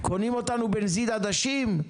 קונים אותנו בנזיד עדשים?